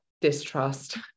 distrust